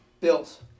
Bills